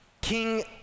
King